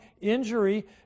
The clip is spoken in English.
injury